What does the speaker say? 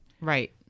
Right